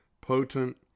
potent